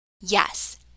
Yes